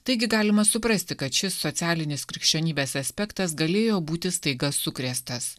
taigi galima suprasti kad šis socialinis krikščionybės aspektas galėjo būti staiga sukrėstas